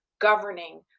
governing